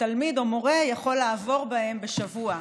שתלמיד או מורה יכול לעבור בהן בשבוע.